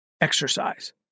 exercise